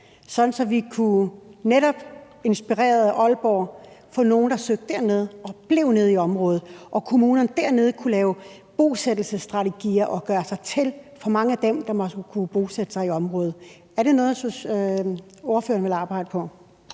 så vi netop inspireret af Aalborg kunne få nogle, der søgte dernede og blev nede i området. Kommunerne dernede kunne lave bosættelsesstrategier og gøre sig til for mange af dem, der måtte kunne bosætte sig i området. Er det noget, ordføreren vil arbejde for?